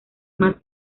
más